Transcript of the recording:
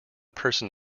person